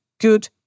good